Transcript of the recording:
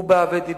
הוא בא ודיבר.